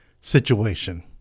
situation